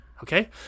okay